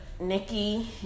Nikki